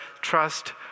trust